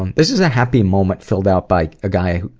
um this is a happy moment filled out by a guy